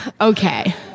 okay